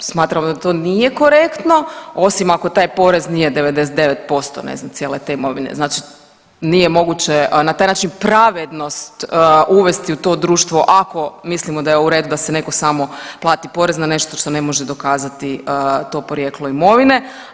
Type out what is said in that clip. Smatramo da to nije korektno osim ako taj porez nije 99% ne znam cijele te imovine, znači nije moguće, a na taj način pravednost uvesti u to društvo ako mislimo da je u redu da se netko samo plati porez na nešto što ne može dokazati to porijeklo imovine.